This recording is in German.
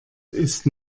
ist